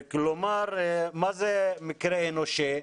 מה זה מקרה אנושי?